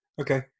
Okay